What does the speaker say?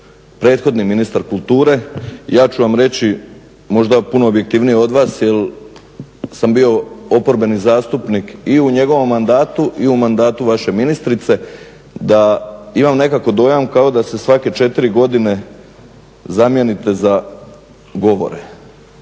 prethodni ministar kulture, ja ću vam reći, možda puno objektivnije od vas jer sam bio oporbeni zastupnik i u njegovom mandatu i u mandatu vaše ministrice da imam nekako dojam kao da se svake četiri godine zamijenite za govore.